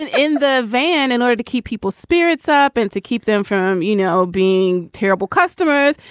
and in the van in order to keep people's spirits up and to keep them from, you know, being terrible customers.